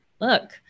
Look